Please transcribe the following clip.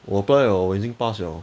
我 apply liao 我已经 pass liao